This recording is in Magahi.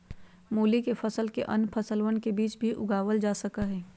मूली के फसल के अन्य फसलवन के बीच भी उगावल जा सका हई